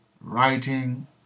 writing